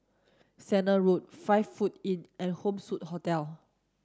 Sennett Road Five Foot Inn and Home Suite Hotel